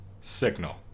Signal